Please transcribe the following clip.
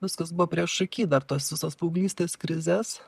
viskas buvo priešaky dar tos visos paauglystės krizės